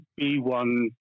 B1